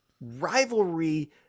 rivalry